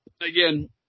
again